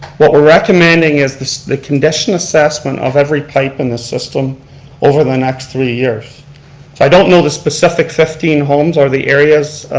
what we're recommending is the the condition assessment of every pipe in the system over the next three years. so i don't know the specific fifteen homes or the areas,